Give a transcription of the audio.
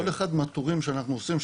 כל אחד מהתורים שאנחנו עושים,